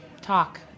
talk